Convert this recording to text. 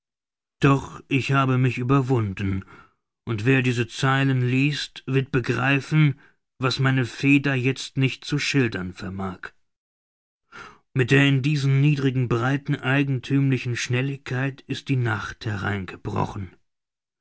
doch ich habe mich überwunden und wer diese zeilen liest wird begreifen was meine feder jetzt nicht zu schildern vermag mit der in diesen niedrigen breiten eigenthümlichen schnelligkeit ist die nacht hereingebrochen